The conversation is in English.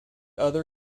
other